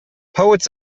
poets